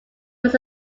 was